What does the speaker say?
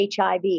HIV